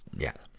yeah.